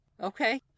Okay